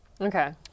Okay